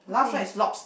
okay